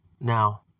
Now